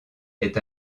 est